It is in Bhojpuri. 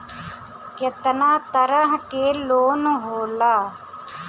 केतना तरह के लोन होला?